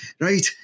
right